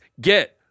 get